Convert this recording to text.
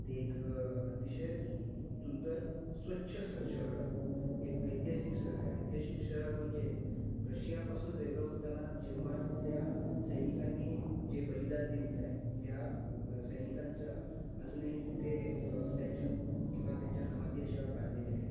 ते एक अतिशय स्स सुंदर स्वच्छ स शहर आहे एक ऐतिहासिक शहर आहे ऐतिहासिक शहर म्हणजे रशियापासून वेगळं होताना जेव्हा तिथल्या सैनिकांनी जे बलिदान दिलेलं आहे त्या सैनिकांचा अजूनही तिथे स्टॅचू किंवा त्यांच्या समाधी अशा बांधलेल्या आहेत